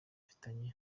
abifatanya